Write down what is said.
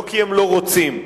לא כי הם לא רוצים לאכוף,